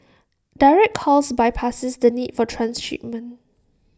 direct calls bypasses the need for transshipment